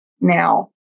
now